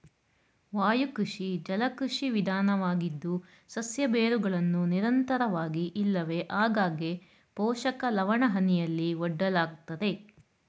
ವಾಯುಕೃಷಿ ಜಲಕೃಷಿ ವಿಧಾನವಾಗಿದ್ದು ಸಸ್ಯ ಬೇರುಗಳನ್ನು ನಿರಂತರವಾಗಿ ಇಲ್ಲವೆ ಆಗಾಗ್ಗೆ ಪೋಷಕ ಲವಣಹನಿಯಲ್ಲಿ ಒಡ್ಡಲಾಗ್ತದೆ